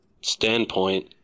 standpoint